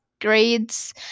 grades